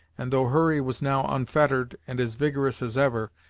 and though hurry was now unfettered and as vigorous as ever,